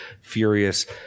furious